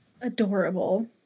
Adorable